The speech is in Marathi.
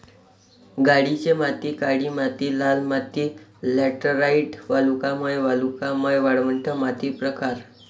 गाळाची माती काळी माती लाल माती लॅटराइट वालुकामय वालुकामय वाळवंट माती प्रकार